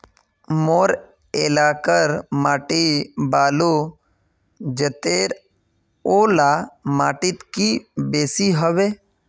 मोर एलाकार माटी बालू जतेर ओ ला माटित की बेसी हबे?